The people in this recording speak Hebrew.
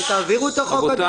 תעבירו את החוק הזה?